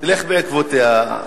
לך בעקבותיה.